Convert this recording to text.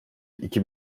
iki